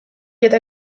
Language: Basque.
eta